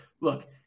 look –